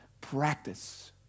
practice